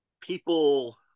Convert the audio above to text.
People